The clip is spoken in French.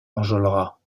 enjolras